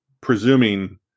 presuming